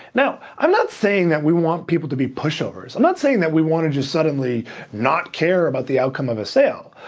i'm not saying that we want people to be pushovers. i'm not saying that we wanna just suddenly not care about the outcome of a sale.